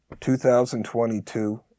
2022